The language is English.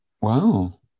Wow